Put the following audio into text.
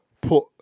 put